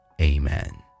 Amen